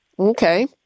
Okay